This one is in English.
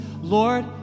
Lord